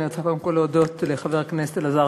אני רוצה קודם כול להודות לחבר הכנסת אלעזר